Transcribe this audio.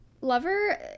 lover